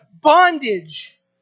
bondage